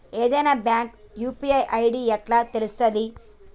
ఏదైనా bank UPI ID ఎట్లా తెలుత్తది?